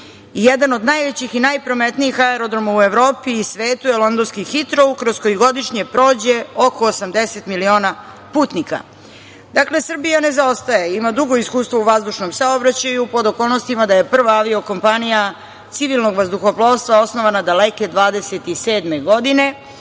Jedan od najvećih i najprometnijih aerodroma u Evropi i svetu je londonski „Hitrou“, kroz koji godišnje prođe oko 80 miliona putnika. Srbija ne zaostaje. Ima dugo iskustvo u vazdušnom saobraćaju pod okolnostima da je prva avio kompanija civilnog vazduhoplovstva osnovana daleke 1927. godine